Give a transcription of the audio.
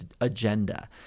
agenda